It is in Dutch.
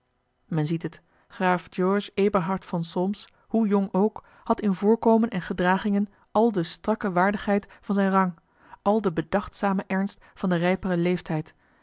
men ziet het graaf george eberhard van solms hoe jong ook had in voorkomen en gedragingen al de strakke waardigheid van zijn rang al den bedachtzamen ernst van den rijperen leeftijd